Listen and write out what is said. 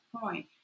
point